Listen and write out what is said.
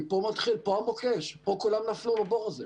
מפה זה מתחיל, פה המוקש, פה כולם נפלו בבור הזה.